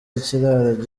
ikiraro